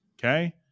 Okay